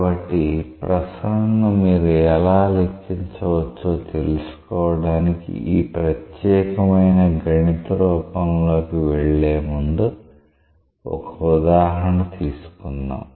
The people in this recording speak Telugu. కాబట్టి ప్రసరణ ను మీరు ఎలా లెక్కించవచ్చో తెలుసుకోవడానికి ఈ ప్రత్యేకమైన గణిత రూపంలోకి వెళ్ళే ముందు ఒక ఉదాహరణ తీసుకుందాం